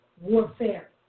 warfare